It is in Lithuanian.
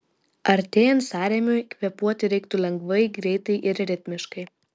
artėjant sąrėmiui kvėpuoti reiktų lengvai greitai ir ritmiškai